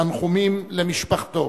תנחומים למשפחתו.